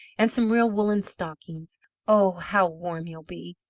and some real woollen stockings oh! how warm you'll be!